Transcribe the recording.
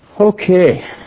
Okay